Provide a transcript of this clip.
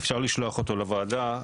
אפשר לשלוח אותו לוועדה.